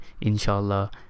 inshallah